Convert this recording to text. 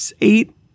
eight